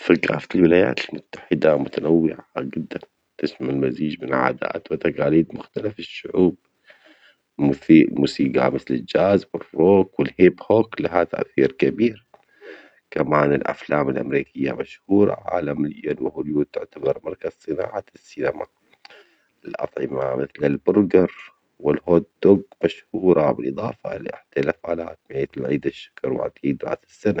ثجافة الولايات المتحدة متنوعة جدًا وتسمى المزيج من عادات وتجاليد مختلف الشعوب، موسي موسيجى مثل الجازو الروب و الهيب هوب لها تأثير كبير، كمان الأفلام الأمريكية مشهورة عالميًا وهوليود تعتبر مركز صناعة السينما. الأطعمة مثل البرجر والهوت دوج مشهورة، بالإضافة إلى السنة.